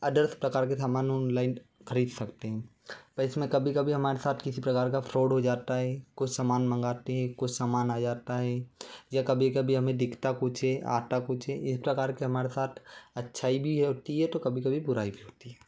others प्रकार के सामान ऑनलाइन खरीद सकते हैं पर इसमें कभी कभी हमारे साथ किसी प्रकार का फ़्रोड हो जाता हे कुछ सामान मंगाते हैं कुछ सामान आ जाता हे या कभी कभी हमें दिखता कुछ हे आता कुछ है इस प्रकार से हमारे साथ अच्छाई भी होती है तो कभी कभी बुराई भी होती है